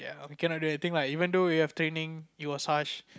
ya we cannot do anything lah even though we have training it was harsh